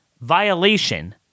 violation